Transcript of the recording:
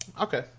okay